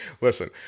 Listen